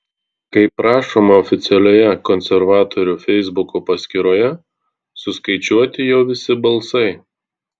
kaip rašoma oficialioje konservatorių feisbuko paskyroje suskaičiuoti jau visi balsai